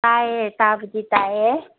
ꯇꯥꯏꯌꯦ ꯇꯥꯕꯗꯤ ꯇꯥꯏꯌꯦ